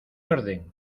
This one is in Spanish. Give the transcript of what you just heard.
orden